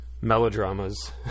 melodramas